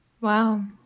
Wow